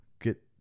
get